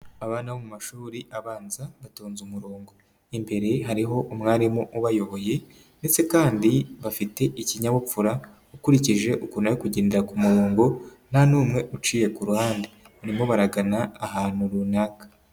Abana bo mu mashuri abanza batonze umurongo. Imbere hariho umwarimu ubayoboye, ndetse kandi bafite ikinyabupfura, ukurikije ukuntu bari kugendera ku murongo nta n'umwe uciye ku ruhande. Barimo baragana ahantu runaka.